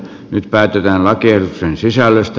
nyt päätetään lakiehdotusten sisällöstä